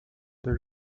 the